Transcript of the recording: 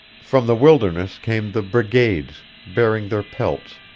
from the wilderness came the brigades bearing their pelts,